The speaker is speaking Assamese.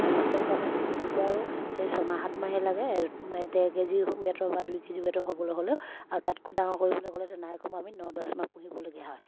আৰু লোকেল আমাৰ দেচী কুকুৰাৰো সেই ছমাহ সাতমাহেই লাগে ডেৰ কেজি ৱেটৰে হওক বা দুই কেজি ৱেটৰ হ'বলৈ হ'লেও আৰু তাতকৈ ডাঙৰ কৰিবলৈ গ'লেতো নাই কমেও আমি ন দহমাহ পুহিবলগীয়া হয়